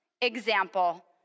example